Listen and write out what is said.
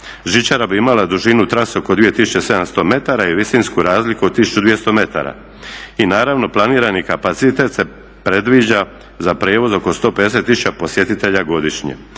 žičara bi imala dužinu trase oko 2700 metara i visinsku razliku od 1200 metara i naravno planirani kapacitet se predviđa za prijevoz oko 150 tisuća posjetitelja godišnje.